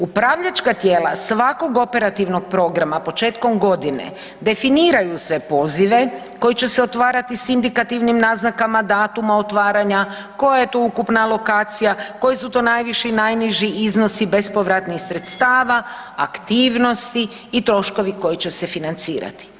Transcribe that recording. Upravljačka tijela svakog operativnog programa početkom godine definiraju sve pozive koji će se otvarati s indikativnim naznakama datuma otvaranja koja je tu ukupna alokacija, koji su to najviši, najniži iznosi bespovratnih sredstava, aktivnosti i troškovi koji će se financirati.